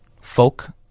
folk